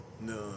No